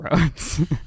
roads